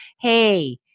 hey